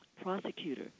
prosecutor